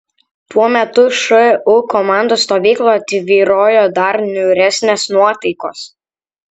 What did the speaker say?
tuo metu šu komandos stovykloje tvyrojo dar niūresnės nuotaikos